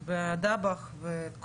כי